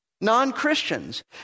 Non-Christians